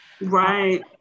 Right